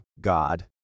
God